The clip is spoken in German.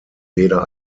weder